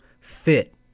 fit